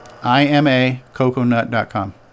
imacoconut.com